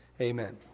Amen